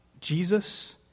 Jesus